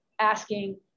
asking